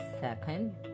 Second